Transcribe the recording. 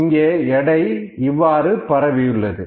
இங்கே எடை இவ்வாறு பரவியுள்ளது